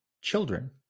children